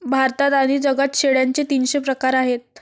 भारतात आणि जगात शेळ्यांचे तीनशे प्रकार आहेत